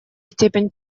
степень